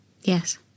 Yes